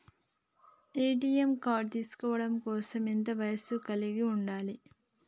ATM card తీసుకోవడం కోసం ఎంత వయస్సు కలిగి ఉండాలి?